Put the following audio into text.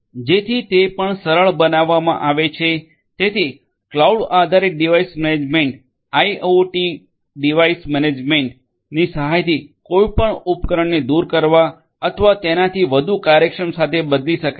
જેથી તે પણ સરળ બનાવવામાં આવે છે તેથી ક્લાઉડ આધારિત ડિવાઇસ મેનેજમેન્ટ આઇઆઇઓટી ડિવાઇસ મેનેજમેન્ટની સહાયથી કોઈ ઉપકરણને દૂર કરવા અથવા તેનાથી વધુ કાર્યક્ષમ સાથે બદલી શકાય છે